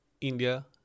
India